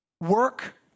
Work